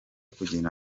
kugira